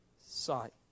sight